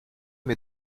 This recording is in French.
mes